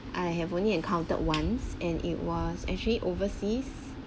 I have only encountered once and it was actually overseas